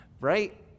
Right